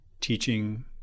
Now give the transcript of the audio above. teaching